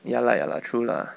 ya lah ya lah true lah